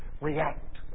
react